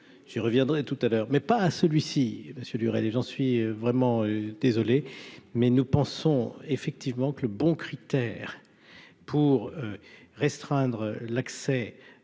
j'y reviendrai tout à l'heure, mais pas à celui-ci, monsieur durer, j'en suis vraiment désolé, mais nous pensons effectivement que le bon critère pour restreindre l'accès